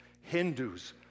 Hindus